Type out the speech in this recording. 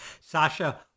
Sasha